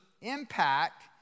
impact